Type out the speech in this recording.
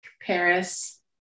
Paris